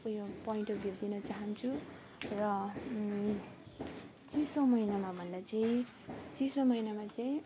ऊ यो point of view दिन चाहन्छु र चिसो महिनामा भन्दामा चाहिँ चिसो महिनामा चाहिँ